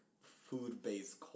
food-based